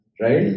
Right